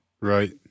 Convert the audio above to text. right